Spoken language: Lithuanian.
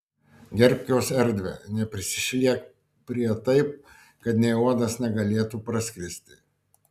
gerbk jos erdvę neprisišliek prie taip kad nė uodas negalėtų praskristi